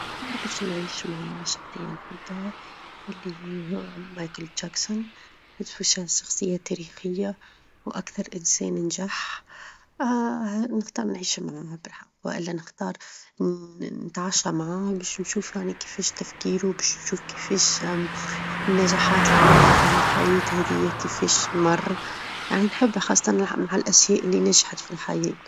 باش نختار باش نعيش مع شخصية نحبها اللي هو مايكل جاكسون، نحسه شخصية تاريخية، وأكثر إنسان نجح، نختار نعيش معاه بالحق، والا نختار نتعشى معاه باش نشوف يعنى كيفاش تفكيره، باش نشوف كيفاش النجاحات اللى عملها في ها الحياة هذيا، كيفاش مر، يعنى نحب خاصةً مع الأشياء اللي نجحت فى الحياة.